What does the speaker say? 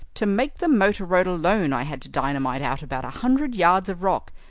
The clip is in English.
to make the motor road alone i had to dynamite out about a hundred yards of rock,